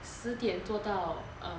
十点做到 err